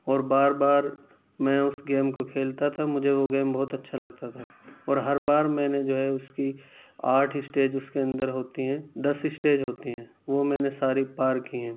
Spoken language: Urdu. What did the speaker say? اور بار بار میں اس گیم کو کھیلتا تھا مجھے وہ گیم بہت اچھا لگتا تھا اور ہر بار میں نے جو ہے اس کی آٹھ اسٹیج اس کے اندر ہوتی ہیں دس اسٹیج ہوتی ہیں وہ میں نے ساری پار کی ہیں